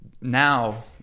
now